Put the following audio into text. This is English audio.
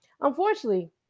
Unfortunately